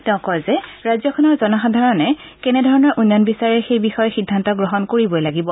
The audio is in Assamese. তেওঁ কয় যে ৰাজ্যখনৰ জনসাধাৰণে কেনেধৰণৰ উন্নয়ন বিচাৰে সেই বিষয়ে সিদ্ধান্ত গ্ৰহণ কৰিবই লাগিব